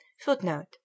Footnote